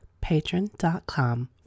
patron.com